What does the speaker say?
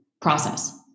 process